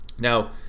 Now